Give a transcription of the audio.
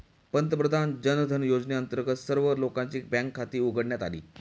पंतप्रधान जनधन योजनेअंतर्गत सर्व लोकांची बँक खाती उघडण्यात आली